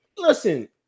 Listen